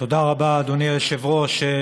תודה רבה, אדוני היושב-ראש.